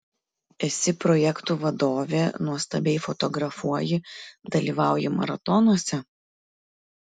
esi projektų vadovė nuostabiai fotografuoji dalyvauji maratonuose